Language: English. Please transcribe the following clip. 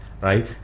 Right